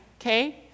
okay